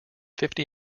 fifty